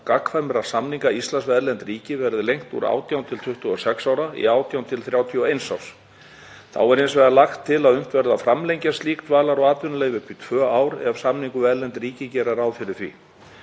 gagnkvæmra samninga Íslands við erlend ríki verði lengt úr 18–26 árum í 18–31 ár . Þá er hins vegar lagt til að unnt verði að framlengja slík dvalar- og atvinnuleyfi upp í tvö ár ef samningur við erlend ríki gerir ráð